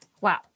Wow